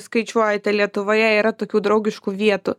skaičiuojate lietuvoje yra tokių draugiškų vietų